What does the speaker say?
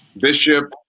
Bishop